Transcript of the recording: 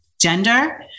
gender